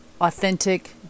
authentic